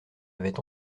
avait